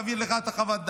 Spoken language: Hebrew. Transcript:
להעביר לך את חוות הדעת,